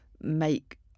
make